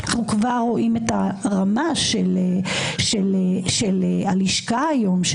אנחנו כבר רואים את הרמה של הלשכה היום,